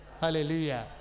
Hallelujah